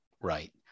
right